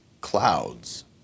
clouds